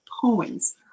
poems